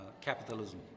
capitalism